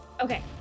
Okay